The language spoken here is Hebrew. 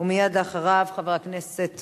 מייד לאחריו, חבר הכנסת